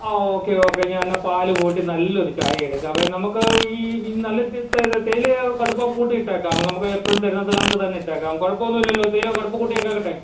ആ okay okay ഞാൻ എന്നാൽ പാൽ കൂട്ടി നല്ലൊരു ചായയെടുക്കാമേ നമുക്ക് ഈ നല്ല തേയിലയും കടുപ്പം കൂട്ടിയിട്ടേക്കാം നമുക്ക് എപ്പോഴും തരുന്നത് കണക്കു തന്നെയിട്ടേക്കാം കുഴപ്പമൊന്നും ഇല്ലല്ലോ തേയില കടുപ്പം കൂട്ടിയിട്ടേക്കട്ടെ